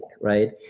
right